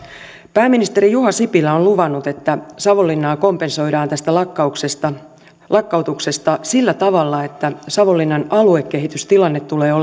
pääministeri juha sipilä on luvannut että savonlinnaa kompensoidaan tästä lakkautuksesta lakkautuksesta sillä tavalla että savonlinnan aluekehitystilanne tulee olemaan